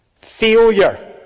Failure